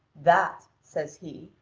that, says he,